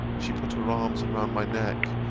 she put her arms round my neck,